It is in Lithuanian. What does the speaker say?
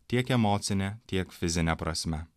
tiek emocine tiek fizine prasme